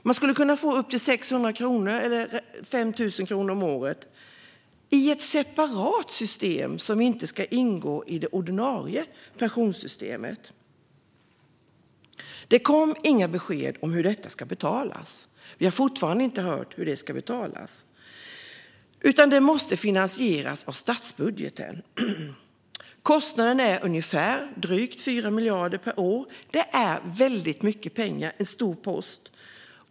Man skulle kunna få upp till 600 kronor i månaden eller 5 000 kronor om året i ett separat system som inte ska ingå i det ordinarie pensionssystemet. Det kom inga besked om hur detta ska betalas. Vi har fortfarande inte hört hur det ska betalas, utan det måste finansieras via statsbudgeten. Kostnaden är drygt 4 miljarder per år. Det är väldigt mycket pengar, en stor post.